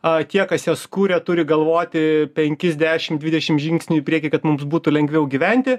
o tie kas jas kuria turi galvoti penkis dešimt dvidešimt žingsnių į priekį kad mums būtų lengviau gyventi